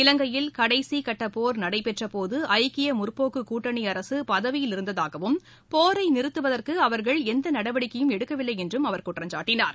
இலங்கையில் கடைசிகட்டப்போர் நடைபெற்றபோது ஐக்கிய முற்போக்கு கூட்டணி அரசு பதவியில் இருந்ததாகவும் போரை நிறுத்துவதற்கு அவர்கள் எந்த நடவடிக்கையும் எடுக்கவில்லை என்றும் குற்றம் சாட்டினார்